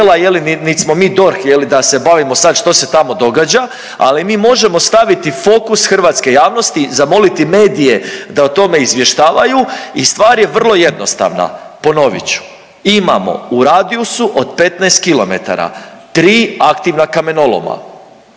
je li, da se bavimo sad što se tamo događa, ali mi možemo staviti fokus hrvatske jasnosti, zamoliti medije da o tome izvještavaju i stvar je vrlo jednostavna. Ponovit ću, imamo u radijusu od 15 km 3 aktivna kamenoloma.